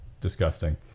disgusting